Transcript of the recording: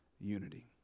unity